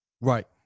right